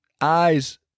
eyes